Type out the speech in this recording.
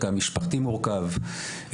רקע משפחתי מורכב,